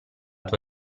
tua